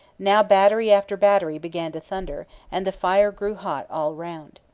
now battery after battery began to thunder, and the fire grew hot all round.